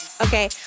Okay